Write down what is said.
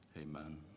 amen